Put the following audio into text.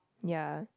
ya